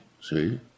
See